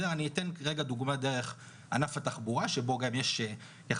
אני אתן גודמה דרך ענף התחבורה שבו יש יחסית